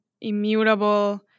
immutable